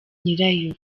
nyirayo